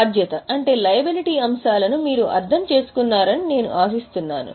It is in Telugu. బాధ్యత అంశాలను మీరు అర్థం చేసుకున్నారని నేను ఆశిస్తున్నాను